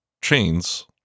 chains